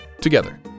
Together